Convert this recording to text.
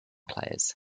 players